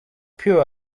pure